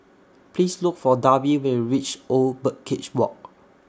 Please Look For Darby when YOU REACH Old Birdcage Walk